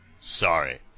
Sorry